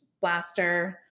Blaster